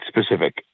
specific